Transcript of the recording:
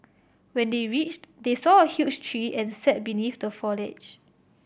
when they reached they saw a huge tree and sat beneath the foliage